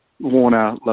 Warner